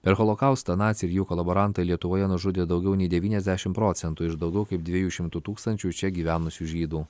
per holokaustą naciai ir jų kolaborantai lietuvoje nužudė daugiau nei devyniasdešimt procentų iš daugiau kaip dviejų šimtų tūkstančių čia gyvenusių žydų